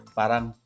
parang